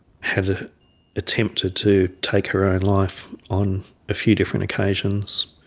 had attempted to take her own life on a few different occasions